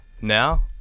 Now